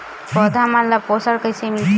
पौधा मन ला पोषण कइसे मिलथे?